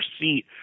seat